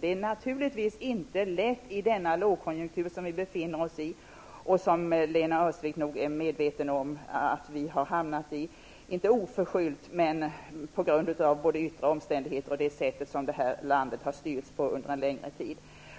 Det är naturligtvis inte lätt i den lågkonjunktur som vi befinner oss i, och som Lena Öhrsvik nog är medveten om att vi har hamnat i -- inte oförskyllt, men på grund av både yttre omständigheter och det sätt som landet har styrts på under en längre tid.